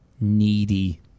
Needy